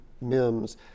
Mims